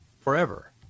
forever